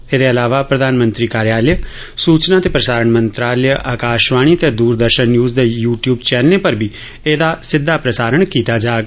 एहदे अलावा प्रधानमंत्री कार्यालय सूचना ते प्रसारण मंत्रालय आकाशवाणी ते द्रदर्शन न्यूज़ दे यू ट्यूब चैनलें पर बी एह्दा लाईव प्रसारण कीता जाग